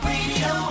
Radio